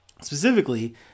Specifically